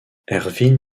erwin